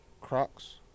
Crocs